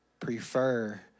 Prefer